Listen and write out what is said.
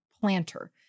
planter